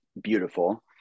beautiful